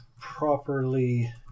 properly